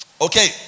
Okay